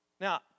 Now